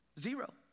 Zero